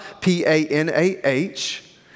P-A-N-A-H